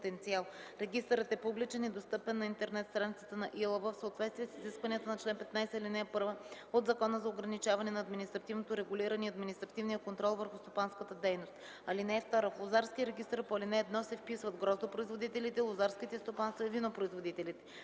Регистърът е публичен и достъпен на интернет страницата на ИАЛВ, в съответствие с изискванията на чл. 15, ал. 1 от Закона за ограничаване на административното регулиране и административния контрол върху стопанската дейност. (2) В лозарския регистър по ал. 1 се вписват гроздопроизводителите, лозарските стопанства и винопроизводителите.